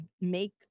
make